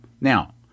Now